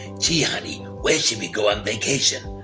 gee honey, where should we go on vacation?